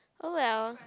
oh well